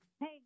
Hey